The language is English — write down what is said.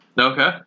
Okay